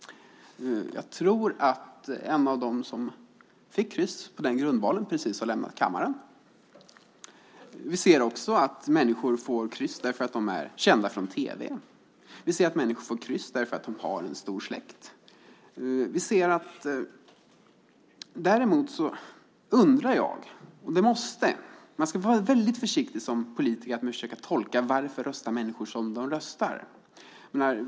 Jag tror att en av dem som fick kryss på den grunden precis har lämnat kammaren. Vi ser också att människor får kryss därför att de är kända från tv. Vi ser att människor får kryss därför att de har en stor släkt. Man ska vara väldigt försiktig som politiker med att försöka tolka varför människor röstar som de gör.